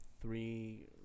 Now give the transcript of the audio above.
three